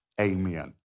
amen